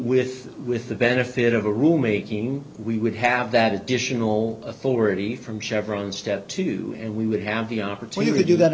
with with the benefit of a rule making we would have that additional authority from chevron step two and we would have the opportunity to do that